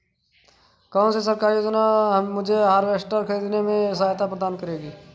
कौन सी सरकारी योजना मुझे हार्वेस्टर ख़रीदने में सहायता प्रदान करेगी?